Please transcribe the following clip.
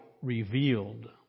revealed